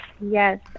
Yes